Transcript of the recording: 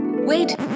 Wait